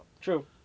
True